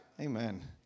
Amen